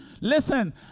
Listen